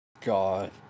God